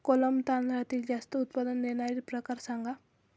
कोलम तांदळातील जास्त उत्पादन देणारे प्रकार सांगा